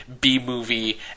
B-movie